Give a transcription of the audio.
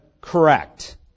correct